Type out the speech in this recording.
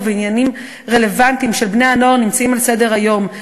והעניינים הרלוונטיים של בני-הנוער נמצאים על סדר-יומם.